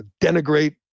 denigrate